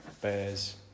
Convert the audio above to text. bears